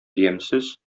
ямьсез